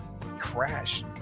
Crash